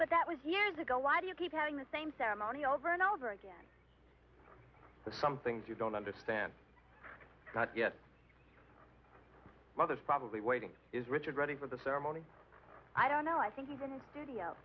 but that was years ago why do you keep having the same ceremony over and over again some things you don't understand yet others probably waiting is richard ready for the ceremony i don't know i think even studio